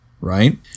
right